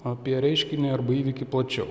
apie reiškinį arba įvykį plačiau